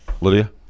Lydia